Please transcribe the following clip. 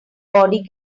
body